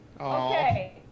Okay